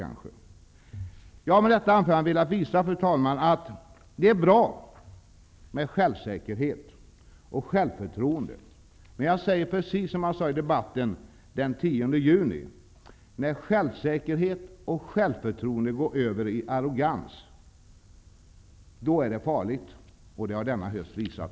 Jag har med detta anförande velat visa att det är bra med självsäkerhet och självförtroende, men jag säger precis som jag sade i debatten den 10 juni: När självsäkerhet och självförtroende går över i arrogans, då är det farligt. Det har denna höst visat.